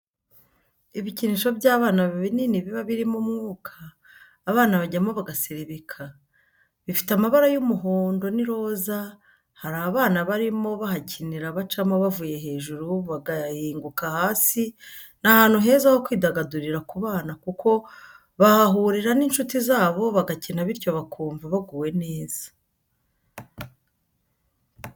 Ibikinisho by'abana binini biba birimo umwuka abana bajyamo bagaserebeka, bifite amabara y'umuhondo n'iroza hari abana barimo bahakinira bacamo bavuye hejuru bagahinguka hasi ni ahantu heza ho kwidagadurira ku bana kuko bahahurira n'inshuti zabo bagakina bityo bakumva baguwe neza.